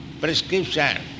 prescription